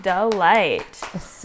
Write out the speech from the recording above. Delight